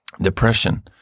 depression